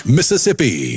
Mississippi